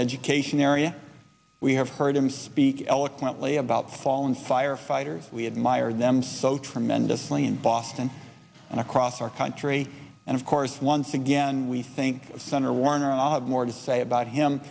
education area we have heard him speak eloquently about fallen firefighters we admire them so tremendously in boston and across our country and of course once again we think of senator warner i'll have more to say about him